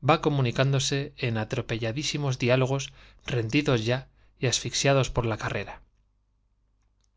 va comunicándose en atropelladísimos diálogos rendidos ya y asfixiados por la carrera